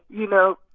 you know,